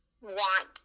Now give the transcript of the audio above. want